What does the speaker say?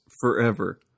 forever